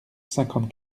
cinquante